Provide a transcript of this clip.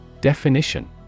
Definition